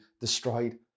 destroyed